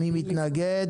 מי מתנגד?